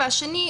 והשני,